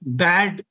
bad